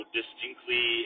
distinctly